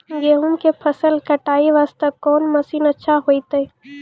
गेहूँ के फसल कटाई वास्ते कोंन मसीन अच्छा होइतै?